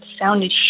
sounded